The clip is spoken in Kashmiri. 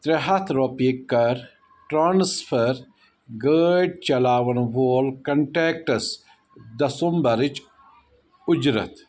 ترٛےٚ ہَتھ رۄپیہِ کَر ٹرانسفر گٲڑۍ چلاوَن وول کنٹیکٹَس دَسُمبرٕچ اُجرت